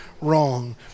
wrong